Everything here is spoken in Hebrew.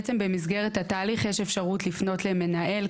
בעצם במסגרת התהליך יש אפשרות לפנות למנהל,